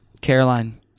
Caroline